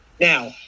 Now